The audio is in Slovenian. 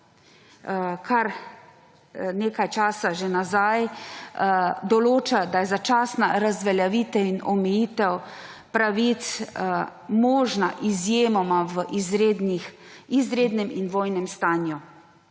kar nekaj časa nazaj, določa, da je začasna razveljavitev in omejitev pravic možna izjemoma v izrednem in vojnem stanju,